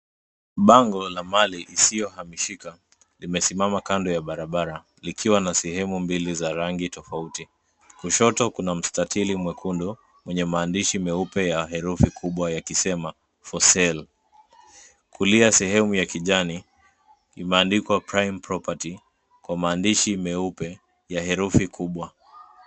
Bango la mali isiyohamishika limesimama kando ya barabara likiwa na sehemu mbili za rangi tofauti. Kushoto kuna mstatili mwekendu mwenye maandishi meupe ya herufi kubwa yakisema For Sale . Kulia sehemu ya kijani imeandikwa Prime Property kwa maandishi meupe ya herufi kubwa.